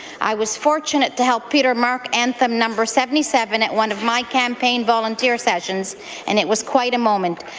i was fortunate to help peter mark anthem number seventy seven at one of my campaign volunteer sessions and it was quite a moment.